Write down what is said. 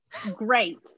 Great